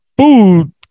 food